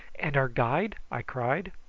and our guide? i cried.